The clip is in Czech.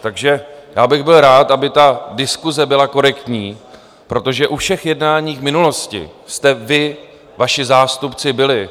Takže já bych byl rád, aby ta diskuse byla korektní, protože u všech jednání v minulosti jste vy, vaši zástupci, byli.